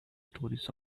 stories